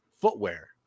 footwear